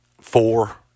four